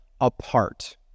apart